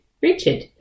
Richard